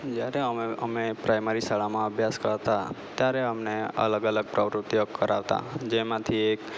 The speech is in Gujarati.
જ્યારે અમે અમે પ્રાયમરી શાળામાં આભ્યાસ કરતાં ત્યારે અમને અલગ અલગ પ્રવૃત્તિઓ કરાવતા જેમાંથી એક